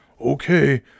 Okay